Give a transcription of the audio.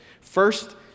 First